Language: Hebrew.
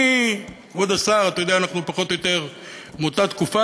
כבוד השר, אנחנו פחות או יותר מאותה תקופה.